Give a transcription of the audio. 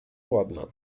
ładna